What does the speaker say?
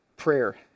Prayer